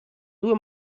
due